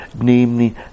namely